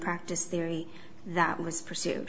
practice theory that was pursue